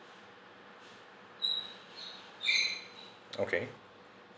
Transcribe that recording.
okay